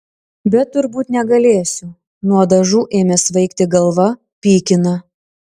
bet turbūt negalėsiu nuo dažų ėmė svaigti galva pykina